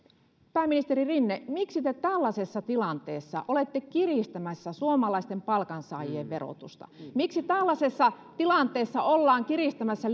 pääministeri rinne miksi te tällaisessa tilanteessa olette kiristämässä suomalaisten palkansaajien verotusta miksi tällaisessa tilanteessa ollaan kiristämässä